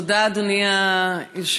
תודה, אדוני היושב-ראש.